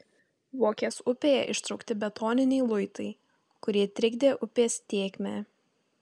vokės upėje ištraukti betoniniai luitai kurie trikdė upės tėkmę